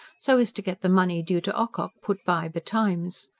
so as to get the money due to ocock put by betimes.